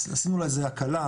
עשינו לה הקלה,